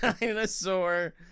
Dinosaur